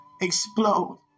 explode